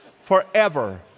forever